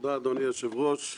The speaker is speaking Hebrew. בפרהסיה מול קהל רחב.